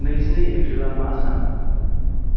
नैजिनै एप्रिलआ मा सान